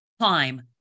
climb